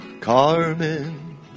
Carmen